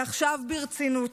ועכשיו ברצינות.